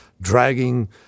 dragging